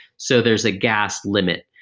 so there's a gas limit.